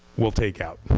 we'll take out.